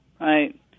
Right